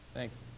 Thanks